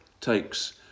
takes